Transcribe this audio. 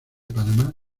panamá